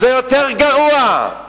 זה יותר גרוע.